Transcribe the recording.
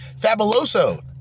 Fabuloso